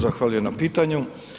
Zahvaljujem na pitanju.